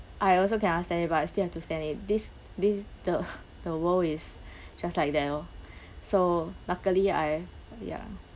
I also cannot stand it but still have to stand it this this the the world is just like that loh so luckily I ya